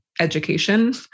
education